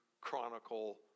chronicle